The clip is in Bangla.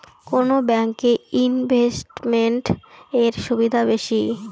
কোন ব্যাংক এ ইনভেস্টমেন্ট এর সুবিধা বেশি?